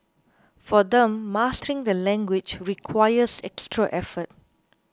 for them mastering the language requires extra effort